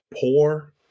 poor